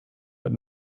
but